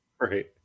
right